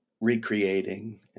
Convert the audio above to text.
recreating